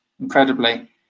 incredibly